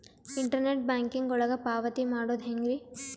Internet banking ಒಳಗ ಪಾವತಿ ಮಾಡೋದು ಹೆಂಗ್ರಿ?